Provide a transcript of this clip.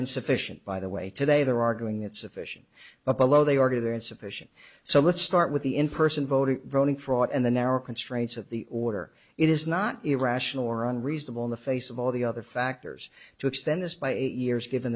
insufficient by the way today they're arguing that sufficient apolo they already there are insufficient so let's start with the in person voting voting fraud and the narrow constraints of the order it is not irrational or unreasonable in the face of all the other factors to extend this by eight years given